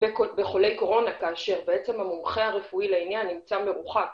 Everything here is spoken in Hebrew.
בחולי קורונה כאשר המומחה הרפואי לעניין נמצא מרוחק